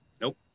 Nope